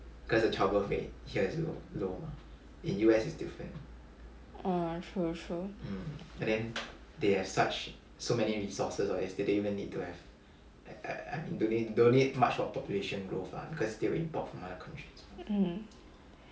ah true true